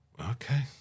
okay